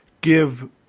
give